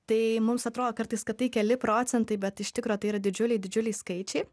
tai mums atrodo kartais kad tai keli procentai bet iš tikro tai yra didžiuliai didžiuliai skaičiai